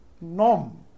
norm